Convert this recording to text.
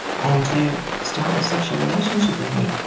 and to start a sexual relationship with me.